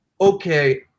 okay